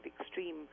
extreme